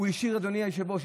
אדוני היושב-ראש,